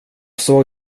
såg